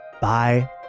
Bye